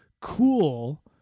cool